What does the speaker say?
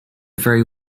very